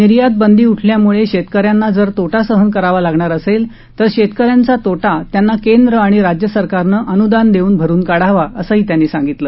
निर्यात बंदी उठल्यामुळे शेतकऱ्यांना जर तोटा सहन करावा लागणार असेल तर शेतकऱ्यांचा होणारा तोटा त्यांना केंद्र आणि राज्य सरकारनं अनुदान देऊन भरून काढावा असंही त्यांनी सांगितलं